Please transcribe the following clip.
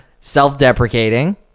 self-deprecating